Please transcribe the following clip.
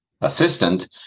assistant